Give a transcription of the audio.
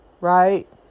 right